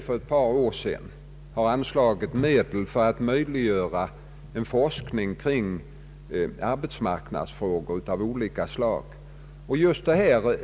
För ett par år sedan anslog vi medel för att möjliggöra forskning kring arbetsmarknadsfrågor av olika slag.